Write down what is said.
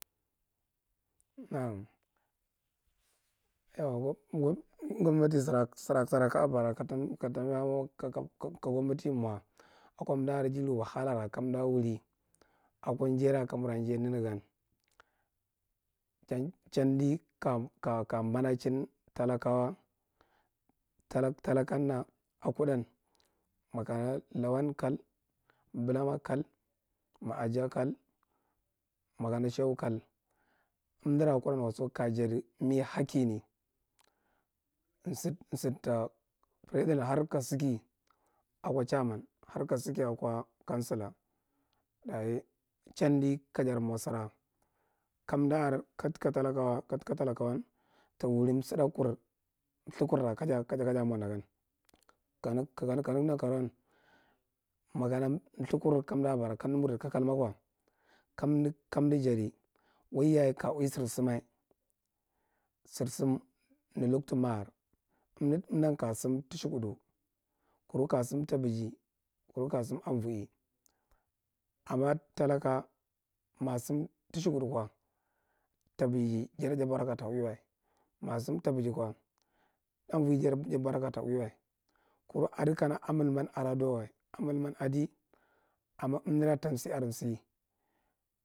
gom- gom- gomnati sara sara sara kaya bara katam ka- tambiya hau ka- ka- ka gomnati mwa akwa amda? Aran jiri wahalara kamda wuri akwa njai ra kamura njai ndnagan. Chan chanji ka- ka- ka mbamachin talakawa tak- takalanna akudan makana lawan kal, bubama kal, aja kal, makana shehu kal. Amdora akudān wa so kaya jadi mi hakini nsid nsidta president har ka saka akwa chairman, har ka saka akwa kansala. Dayi chandi kajar mwa sara ka ando aran, katkatalakawa kat, katalata wan ta wuri msidākuran, mlha kurra kaja kandad nankanoan, makana mlthid kuran kamda bara, kamda mardikalkal makwa, kamda kamda jadi wai yaye ka ui sarsama, sarsam nir loktu mahar, amdi amdan ka sam tashukud, kunu ka sam ta baji, kum ka sam anvu’i. amma talaka maya sam toshkud kuwa tabaji sada jadi daadra kaya ta u’i wa. Maya sam ta baji amuuni jada jadi duran kaya ta ui wa. Kuru kana a milman ada adnwa wa, a mu’lman ada amma amdora ta nsi are nsi.